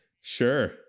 Sure